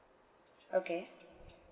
okay